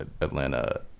Atlanta